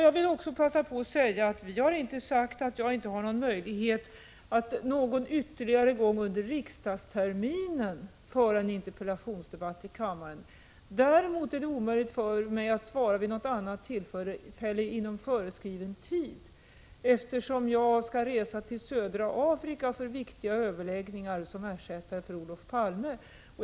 Jag vill också passa på att säga att jag inte sagt att jag inte någon ytterligare gång under riksdagssessionen har möjlighet att föra en interpellationsdebatt i kammaren. Däremot är det omöjligt för mig att svara vid något annat tillfälle inom föreskriven tid, eftersom jag som ersättare för Olof Palme skall resa till södra Afrika för viktiga överläggningar.